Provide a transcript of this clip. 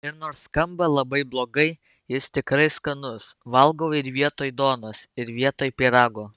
ir nors skamba labai blogai jis tikrai skanus valgau ir vietoj duonos ir vietoj pyrago